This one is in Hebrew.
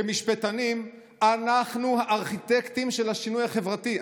כמשפטנים, "אנחנו הארכיטקטים של השינוי החברתי".